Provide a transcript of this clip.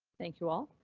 thank you all.